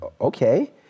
Okay